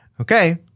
Okay